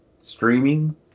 streaming